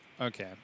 okay